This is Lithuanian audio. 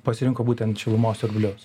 pasirinko būtent šilumos siurblius